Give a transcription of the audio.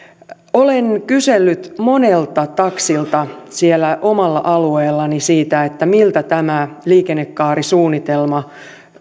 olen kysellyt monelta taksilta siellä omalla alueellani siitä miltä tämä liikennekaarisuunnitelma